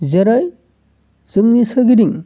जेरै जोंनि सोरगिदिं